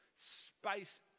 Space